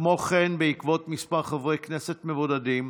כמו כן, בשל מספר חברי הכנסת המבודדים,